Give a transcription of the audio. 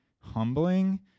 humbling